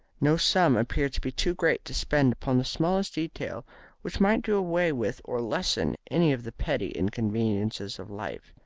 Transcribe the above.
no sum appeared to be too great to spend upon the smallest detail which might do away with or lessen any of the petty inconveniences of life.